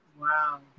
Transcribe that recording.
Wow